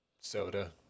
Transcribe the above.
Soda